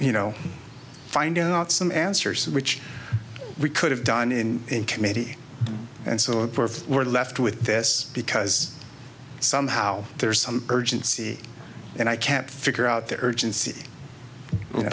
you know finding out some answers which we could have done in committee and so perfect we're left with this because somehow there's some urgency and i can't figure out the urgency